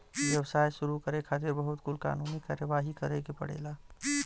व्यवसाय शुरू करे खातिर बहुत कुल कानूनी कारवाही करे के पड़ेला